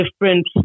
different